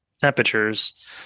temperatures